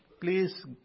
please